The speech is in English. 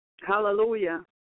Hallelujah